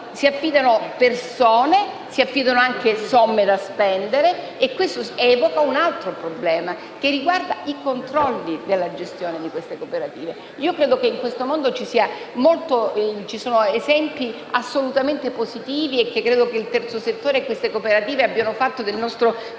si affidano persone e si stanziano somme da spendere. Questo evoca un altro problema che riguarda i controlli sulla gestione delle cooperative. Credo che in questo mondo ci siano esempi positivi e credo che il terzo settore e queste cooperative abbiano fatto dell'Italia